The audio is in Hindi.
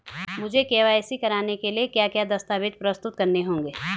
मुझे के.वाई.सी कराने के लिए क्या क्या दस्तावेज़ प्रस्तुत करने होंगे?